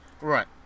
Right